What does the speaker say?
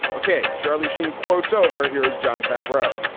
okay. charlie sheen quotes. over here is jon favreau